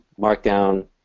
markdown